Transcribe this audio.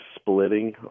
splitting